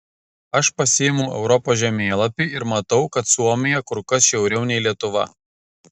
aš pasiimu europos žemėlapį ir matau kad suomija kur kas šiauriau nei lietuva